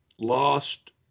lost